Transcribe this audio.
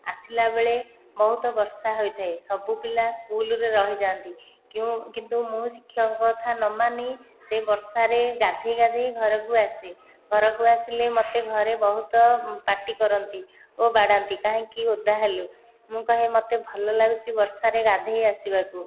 ଆସିଲାବେଳେ ବହୁତ ବର୍ଷା ହୋଇଥାଏ ସବୁ ପିଲା ସ୍କୁଲରେ ରହିଯାନ୍ତି କିଉ କିନ୍ତୁ ମୁଁ ଶିକ୍ଷକଙ୍କ କଥା ନମାନି ସେହି ବର୍ଷାରେ ଗାଧୋଇ ଗାଧୋଇ ଘରକୁ ଆସେ ଘରକୁ ଆସିଲେ ମୋତେ ଘରେ ବହୁତ ପାଟି କରନ୍ତି ଓ ବାଡାନ୍ତି କାହିଁକି ଓଦା ହେଲୁ ମୁଁ କୁହେ ମୋତେ ଭଲ ଲାଗୁଛି ବର୍ଷାରେ ଗାଧୋଇ ଆସିବାକୁ